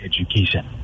education